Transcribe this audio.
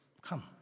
come